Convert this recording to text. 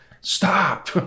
Stop